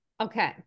Okay